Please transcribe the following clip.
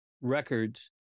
records